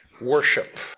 worship